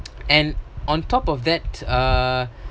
and on top of that uh